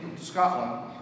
Scotland